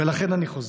ולכן אני חוזר.